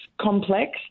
complex